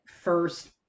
first